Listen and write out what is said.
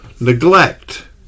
neglect